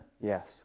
Yes